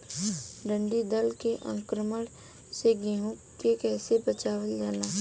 टिडी दल के आक्रमण से गेहूँ के कइसे बचावल जाला?